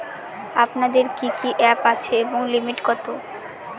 আপনাদের কি কি অ্যাপ আছে এবং লিমিট কত?